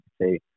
say